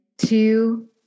Two